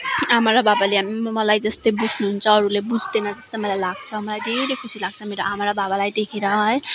आमा र बाबाले मलाई जस्तै बुझ्नुहुन्छ अरूले बुझ्दैन जस्तो मलाई लाग्छ मलाई धेरै खुसी लाग्छ मेरो आमा र बाबालाई देखेर है